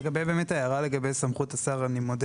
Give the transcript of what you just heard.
לגבי ההערה לגבי סמכות השר: אני מודה